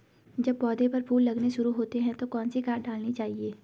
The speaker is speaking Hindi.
जब पौधें पर फूल लगने शुरू होते हैं तो कौन सी खाद डालनी चाहिए?